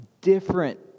different